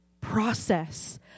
process